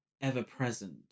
ever-present